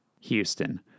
Houston